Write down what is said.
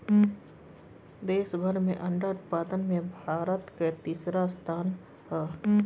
दुनिया भर में अंडा उत्पादन में भारत कअ तीसरा स्थान हअ